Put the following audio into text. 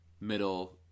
middle